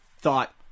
thought